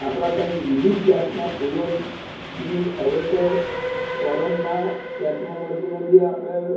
આપણા ત્યાં વિવિધ જાતના ફૂલોની હવે તો ફોરેનના ટેકનોલોજીને બી આપણે